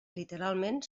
literalment